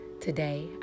Today